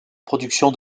production